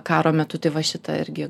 karo metu tai va šitą irgi